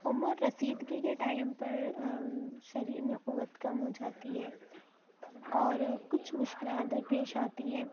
عمر رسیدگی کے ٹائم پر شریر میں قوت کم ہو جاتی ہے اور کچھ مشکلات درپیش آتی ہیں